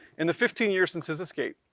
in the fifteen years since his escape,